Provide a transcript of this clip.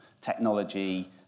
technology